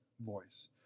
voice